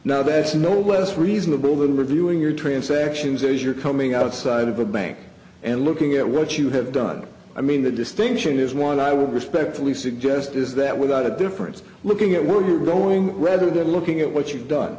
now that's no less reasonable than reviewing your transactions as you're coming outside of a bank and looking at what you have done i mean the distinction is one i would respectfully suggest is that without a difference looking at when you're going rather than looking at what you've done